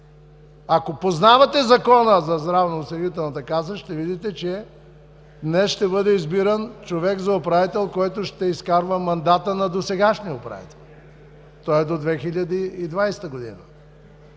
Ако познавате Закона за здравноосигурителната каса, ще видите, че днес ще бъде избиран за управител човек, който ще изкарва мандата на досегашния управител, той е до 2020 г.